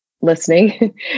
listening